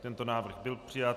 Tento návrh byl přijat.